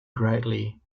greatly